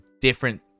different